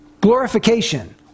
glorification